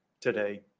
today